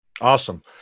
Awesome